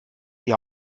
die